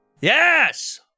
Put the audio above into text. Yes